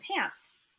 pants